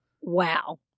Wow